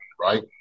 right